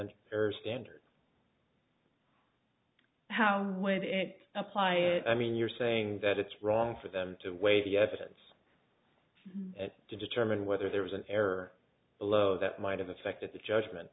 fair standard how would it apply it i mean you're saying that it's wrong for them to weigh the evidence to determine whether there was an error below that might have affected the judgment